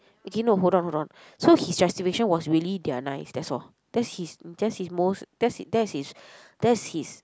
okay no hold on hold on so his justification was really they are nice that's all that's his that's his most that's that's his that's his